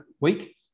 week